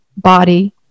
body